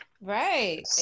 Right